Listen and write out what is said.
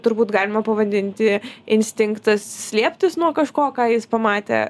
turbūt galima pavadinti instinktas slėptis nuo kažko ką jis pamatė